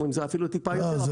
זה אפילו טיפה יותר.